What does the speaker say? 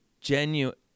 genuine